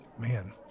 Man